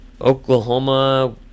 Oklahoma